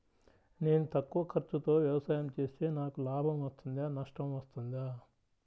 నేను తక్కువ ఖర్చుతో వ్యవసాయం చేస్తే నాకు లాభం వస్తుందా నష్టం వస్తుందా?